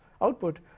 output